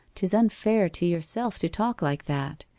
tis unfair to yourself to talk like that.